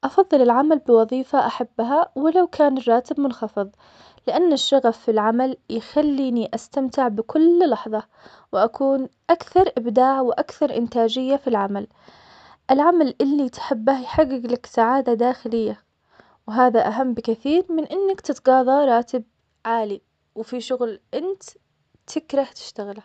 أفضل العمل بوظيفة أحبها ولو كان الراتب منخفض, لأن الشغف في العمل يخليني استمتع بكل لحظة, وأكون أكثر إبداع وأكثر إنتاجية في العمل, العمل اللي تحبه يحقق لك سعادة داخلية, وهذا أهم بكثير من إنك تتقاضى راتب عالي في شغل انت تكره تشتغله.